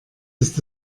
ist